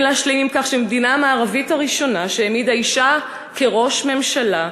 אין להשלים עם כך שבמדינה המערבית הראשונה שהעמידה אישה כראש הממשלה,